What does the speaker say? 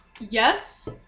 Yes